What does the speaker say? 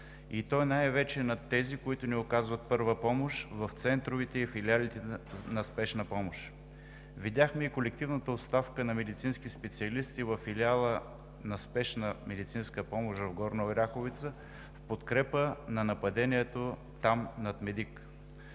и то най-вече над тези, които ни оказват първа помощ в центровете и филиалите на спешна помощ. Видяхме и колективната оставка на медицински специалисти във филиала на Спешна медицинска помощ в Горна Оряховица в подкрепа на нападнатия медик.